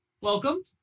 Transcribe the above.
welcome